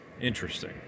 Interesting